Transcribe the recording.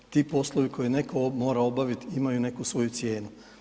Ti poslovi koje netko mora obaviti imaju neku svoju cijenu.